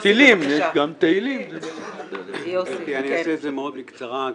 אני אעשה את זה מאוד בקצרה.